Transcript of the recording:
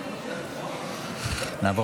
נעבור